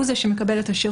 -- הוא זה שמקבל את השירות,